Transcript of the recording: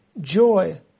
joy